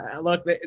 look